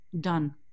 Done